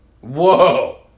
Whoa